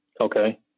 Okay